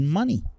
money